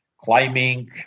climbing